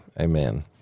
Amen